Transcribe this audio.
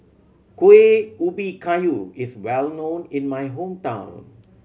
Kueh Ubi Kayu is well known in my hometown